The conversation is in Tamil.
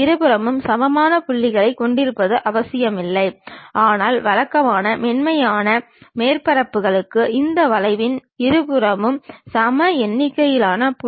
இணை ஏறியமானது பொதுவாகவே பொறியியல் வரைபட பாடங்களிலும் ஒரு இயந்திரத்தை வடிவமைக்கும் படங்களிலும் பயன்படுத்துகிறோம்